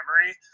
memory